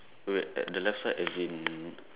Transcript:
wait wait at the left side as in